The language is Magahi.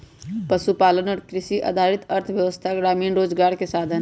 पशुपालन और कृषि आधारित अर्थव्यवस्था ग्रामीण रोजगार के साधन हई